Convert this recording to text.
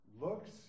looks